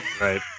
Right